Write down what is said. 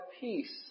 peace